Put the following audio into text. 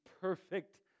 perfect